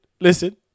listen